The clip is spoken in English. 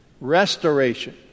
restoration